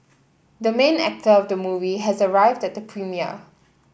the main actor of the movie has arrived at the premiere